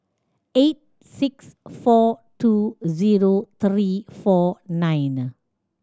eight six four two zero three four nine